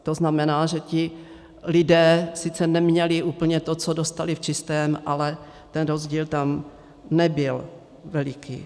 To znamená, že ti lidé sice neměli úplně to, co dostali v čistém, ale ten rozdíl tam nebyl veliký.